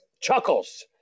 chuckles